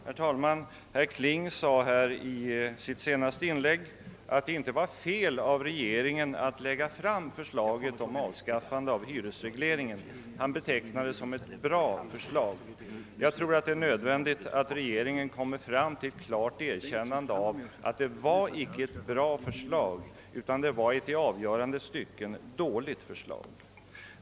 Herr talman! I sitt senaste inlägg sade herr Kling att det inte var fel av regeringen att framlägga förslaget om avskaffande av hyresregleringen. Han betecknade förslaget som bra. Jag tror emellertid att det är nödvändigt att regeringen kommer fram till ett klart erkännande av att det inte var ett bra förslag, utan att det i avgörande stycken var dåligt.